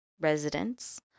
residents